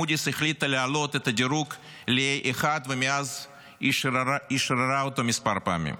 מודי'ס החליטה להעלות את הדירוג ל- ,A1ומאז אשררה אותו כמה פעמים,